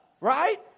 Right